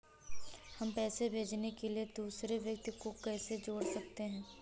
हम पैसे भेजने के लिए दूसरे व्यक्ति को कैसे जोड़ सकते हैं?